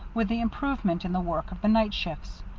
with the improvement in the work of the night shifts.